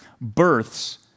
births